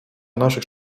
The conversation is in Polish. naszych